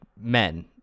men